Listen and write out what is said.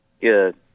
Good